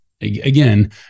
again